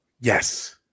Yes